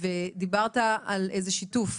דיברת על איזה שיתוף.